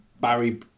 Barry